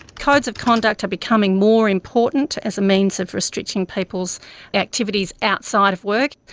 codes of conduct are becoming more important as a means of restricting people's activities outside of work,